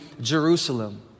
Jerusalem